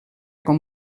com